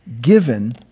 given